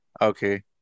Okay